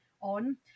on